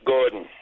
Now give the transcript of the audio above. Gordon